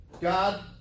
God